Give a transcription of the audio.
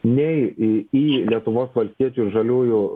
nei į į lietuvos valstiečių ir žaliųjų